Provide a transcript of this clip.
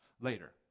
later